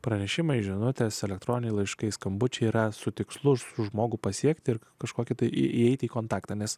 pranešimai žinutės elektroniniai laiškai skambučiai yra su tikslu žmogų pasiekti kažkokį tai įeiti į kontaktą nes